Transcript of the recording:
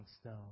stone